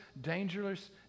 dangerous